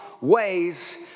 ways